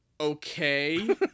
Okay